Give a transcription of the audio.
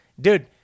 dude